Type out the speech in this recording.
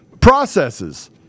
processes